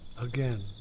Again